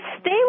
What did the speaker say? stay